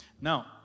Now